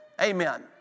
Amen